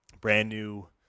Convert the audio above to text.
brand-new –